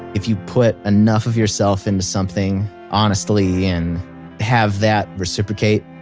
if you put enough of yourself into something honestly and have that reciprocate,